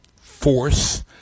force